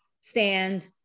stand